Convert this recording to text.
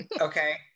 Okay